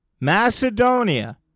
Macedonia